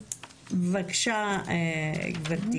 כי אני צריכה ללכת לוועדה לזכויות